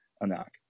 Anak